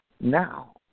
now